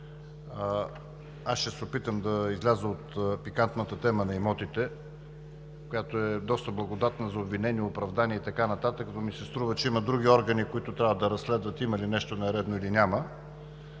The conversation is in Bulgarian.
аз ще се опитам да изляза от пикантната тема за имотите, която е доста благодатна за обвинения, оправдания и така нататък, но ми се струва, че има други органи, които трябва да разследват има ли нещо нередно, или няма.